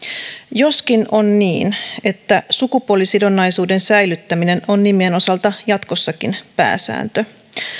joskin on niin että sukupuolisidonnaisuuden säilyttäminen on nimien osalta jatkossakin pääsääntö